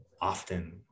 often